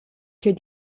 che